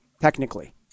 technically